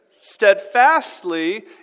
steadfastly